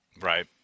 Right